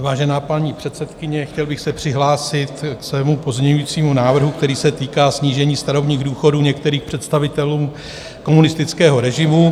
Vážená paní předsedkyně, chtěl bych se přihlásit ke svému pozměňovacímu návrhu, který se týká snížení starobních důchodů některým představitelům komunistického režimu.